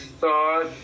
thought